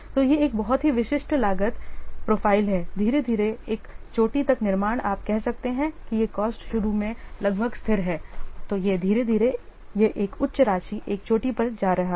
तो यह एक बहुत ही विशिष्ट लागत प्रोफ़ाइल है धीरे धीरे एक चोटी तक निर्माण आप कह सकते हैं कि यह कॉस्ट शुरू में लगभग स्थिर है तो यह धीरे धीरे यह एक उच्च राशि एक चोटी पर जा रहा है